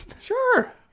Sure